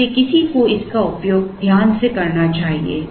इसलिए किसी को इस का उपयोग ध्यान से करना चाहिए